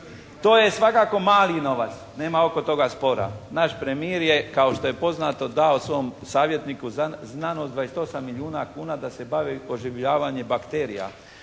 to je svakako mali novac. Nema oko toga spora. Naš premijer je kao što je poznato dao svom savjetniku za znanost 28 milijuna kuna da se bavi oživljavanjem bakterija.